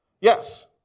Yes